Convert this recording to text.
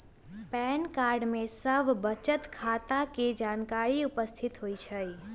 pan card में सभ बचत खता के जानकारी उपस्थित होइ छइ